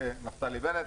נפתלי בנט,